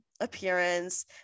appearance